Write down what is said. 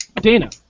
Dana